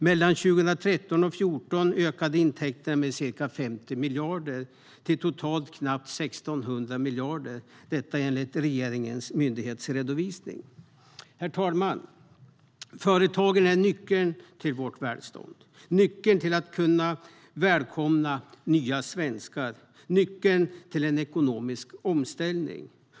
Mellan 2013 och 2014 ökade intäkterna med ca 50 miljarder, till totalt knappt 1 600 miljarder, enligt regeringens myndighetsredovisning. Herr talman! Företagen är nyckeln till vårt välstånd, nyckeln till att kunna välkomna nya svenskar, nyckeln till en ekonomisk omställning.